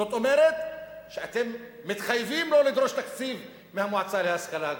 זאת אומרת שאתם מתחייבים לא לדרוש תקציב מהמועצה להשכלה גבוהה.